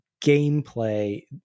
gameplay